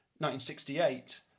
1968